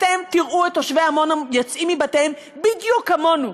אתם תראו את תושבי עמונה יוצאים מבתיהם בדיוק כמונו.